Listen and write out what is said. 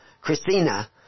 Christina